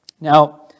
Now